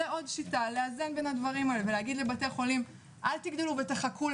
נודיע על זמני הגשת ההסתייגויות בתקווה שנגיע כולנו להסכמות,